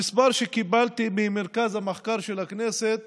המספר שקיבלתי ממרכז המחקר של הכנסת